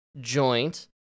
joint